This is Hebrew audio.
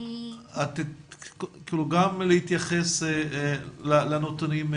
גם להתייחס לנתונים הללו,